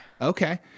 Okay